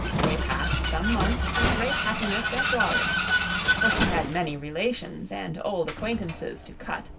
they passed some months in great happiness at dawlish for she had many relations and old acquaintances to cut